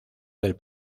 del